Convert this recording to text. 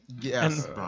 Yes